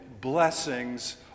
blessings